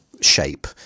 shape